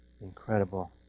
incredible